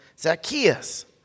Zacchaeus